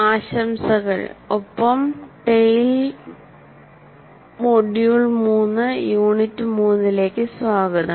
ആശംസകൾ ഒപ്പം ടെയിൽ മൊഡ്യൂൾ 3 യൂണിറ്റ് 3ഇലേക്ക് സ്വാഗതം